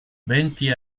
venti